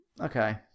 okay